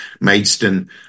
Maidstone